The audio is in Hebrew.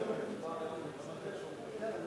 אני לא מוותר,